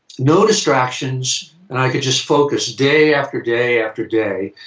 no distractions and i could just focus day after day after day.